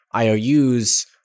IOUs